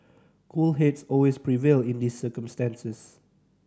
cool heads always prevail in these circumstances